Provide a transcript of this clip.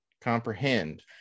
comprehend